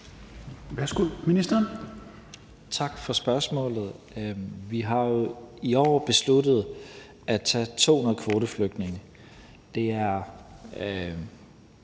(Mattias Tesfaye): Tak for spørgsmålet. Vi har jo i år besluttet at tage 200 kvoteflygtninge. Det er